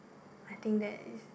I think that is